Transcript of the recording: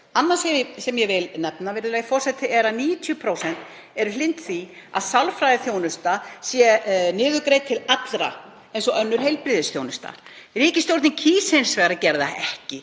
Annað sem ég vil nefna, virðulegi forseti, er að 90% eru hlynnt því að sálfræðiþjónusta sé niðurgreidd til allra eins og önnur heilbrigðisþjónusta. Ríkisstjórnin kýs hins vegar að gera það ekki.